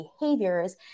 behaviors